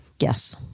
Yes